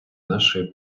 нашої